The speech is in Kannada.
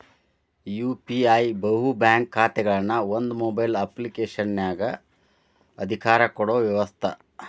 ಯು.ಪಿ.ಐ ಬಹು ಬ್ಯಾಂಕ್ ಖಾತೆಗಳನ್ನ ಒಂದ ಮೊಬೈಲ್ ಅಪ್ಲಿಕೇಶನಗ ಅಧಿಕಾರ ಕೊಡೊ ವ್ಯವಸ್ತ